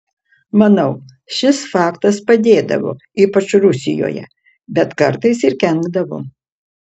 manau šis faktas padėdavo ypač rusijoje bet kartais ir kenkdavo